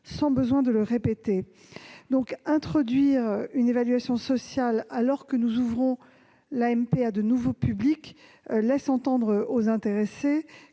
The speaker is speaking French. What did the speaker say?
soit besoin de le répéter. Introduire une évaluation sociale alors que nous ouvrons l'AMP à de nouveaux publics laisse entendre aux intéressées